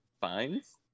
Fines